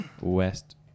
west